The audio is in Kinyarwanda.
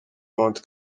mount